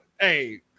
Hey